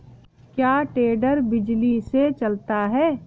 क्या टेडर बिजली से चलता है?